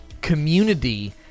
community